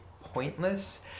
pointless